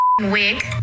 wig